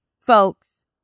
folks